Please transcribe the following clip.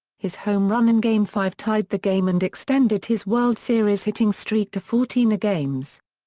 his home run in game five tied the game and extended his world series hitting streak to fourteen games.